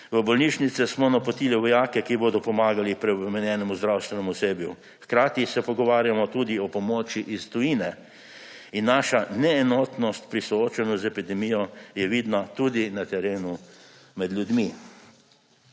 V bolnišnice smo napotili vojake, ki bodo pomagali preobremenjenemu zdravstvenemu osebju, hkrati se pogovarjamo tudi o pomoči iz tujine. Naša neenotnost pri soočanju z epidemijo je vidna tudi na terenu med ljudmi.